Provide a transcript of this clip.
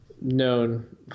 known